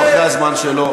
הוא אחרי הזמן שלו.